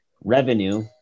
revenue